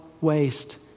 waste